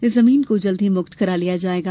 इस जमीन को जल्दी ही मुक्त करा लिया जायेगा